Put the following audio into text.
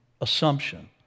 assumption